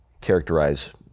characterize